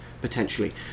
potentially